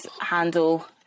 handle